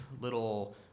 little